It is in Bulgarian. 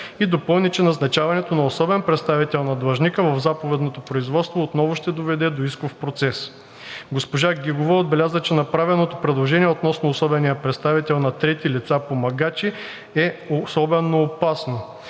и допълни, че назначаването на особен представител на длъжника в заповедното производство отново ще доведе до исков процес. Госпожа Гигова отбеляза, че направеното предложение относно особения представител на третите лица – помагачи, е особено опасно,